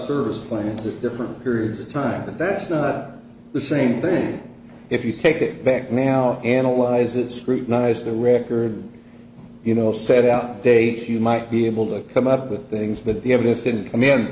service plans at different periods of time but that's not the same thing if you take it back now analyze it scrutinize the records you know set out date you might be able to come up with things that the evidence didn't come in